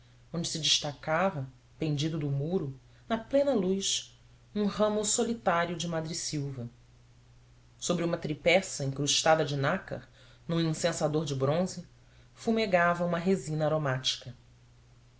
onde se destacava pendido do muro na plena luz um ramo solitário de madressilva sobre uma tripeça incrustada de nácar num incensador de bronze fumegava uma resina aromática